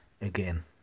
again